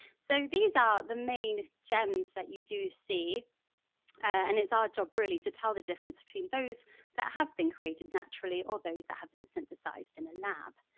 so these are the main gems that you do see and it's our job to tell the difference between those that have been created naturally or those that have been synthesised in a lab.